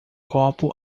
copo